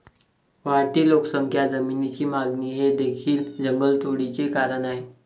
वाढती लोकसंख्या, जमिनीची मागणी हे देखील जंगलतोडीचे कारण आहे